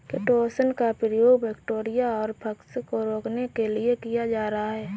chitosan का प्रयोग bacteria और फँगस को रोकने के लिए किया जा रहा है